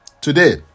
today